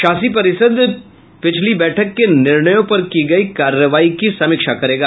शासी परिषद् पिछली बैठक के निर्णयों पर की गई कार्रवाई की समीक्षा करेगा